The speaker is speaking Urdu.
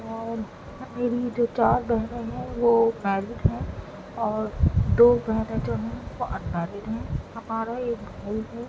اور میری جو چار بہنیں ہیں وہ میرڈ ہیں اور دو بہنیں جو ہیں وہ ان میرڈ ہیں ہمارا ایک بھائی ہے